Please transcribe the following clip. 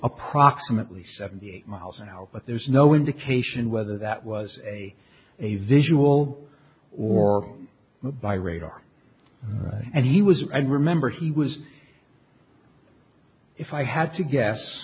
approximately seventy miles an hour but there's no indication whether that was a visual or by radar right and he was and remember he was if i had to guess